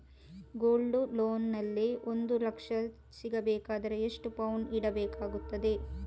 Gold loan ನಲ್ಲಿ ಒಂದು ಲಕ್ಷ ಸಿಗಬೇಕಾದರೆ ಎಷ್ಟು ಪೌನು ಇಡಬೇಕಾಗುತ್ತದೆ?